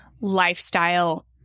lifestyle